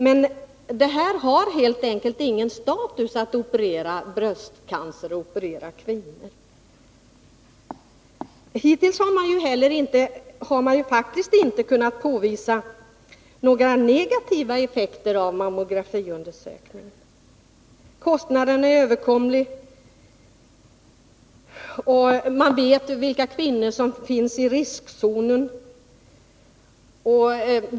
Men det har helt enkelt ingen status att operera kvinnobröst. Hittills har man faktiskt inte kunnat påvisa några negativa effekter av mammografiundersökningar. Kostnaden är överkomlig. Man vet vilka kvinnor som är i riskzonen.